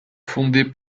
fondée